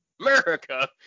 America